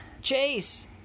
Chase